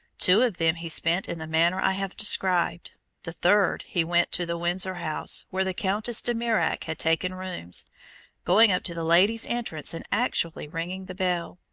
two of them he spent in the manner i have described the third he went to the windsor house where the countess de mirac had taken rooms going up to the ladies' entrance and actually ringing the bell,